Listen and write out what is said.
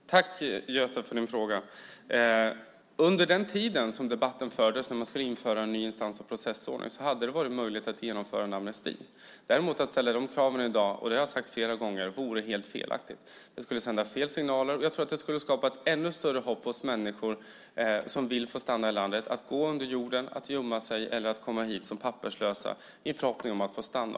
Fru talman! Jag tackar Göte för frågan. Under den tid som debatten fördes om att införa en ny instans och processordning hade det varit möjligt att genomföra en amnesti. Att däremot ställa de kraven i dag vore helt fel, och det har jag sagt flera gånger. Det skulle sända fel signaler och skapa en ännu större grund för människor som vill stanna i landet att gå under jorden, gömma sig eller komma hit som papperslösa i förhoppning om att få stanna.